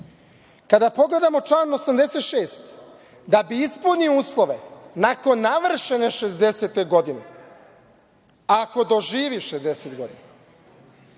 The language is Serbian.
pogledamo član 86, da bi ispunio uslove, nakon navršene 60. godine, ako doživi 60 godina,